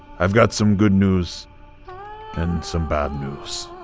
i've got some good news and some bad news.